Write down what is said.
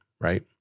right